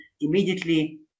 immediately